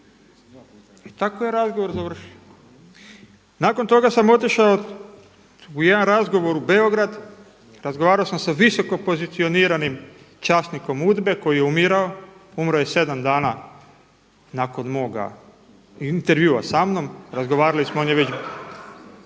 I tako je razgovor završio. Nakon toga sam otišao u jedan razgovor u Beograd, razgovarao sam sa visoko pozicioniranim časnikom UDBA-e koji je umirao, umro je 7 dana nakon mog intervjua samnom, razgovarali smo, on je već, ...